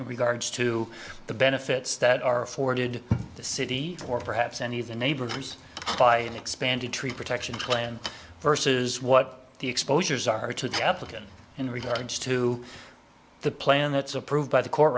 in regards to the benefits that are afforded the city or perhaps any of the neighbors by an expanded tree protection plan versus what the exposures are to the applicant in regards to the plan that's approved by the court